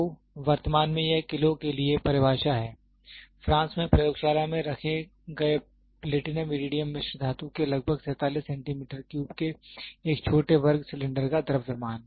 तो वर्तमान में यह किलो के लिए परिभाषा है फ्रांस में प्रयोगशाला में रखे गए प्लेटिनम इरीडियम मिश्र धातु के लगभग 47 के एक छोटे वर्ग सिलेंडर का द्रव्यमान